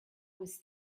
was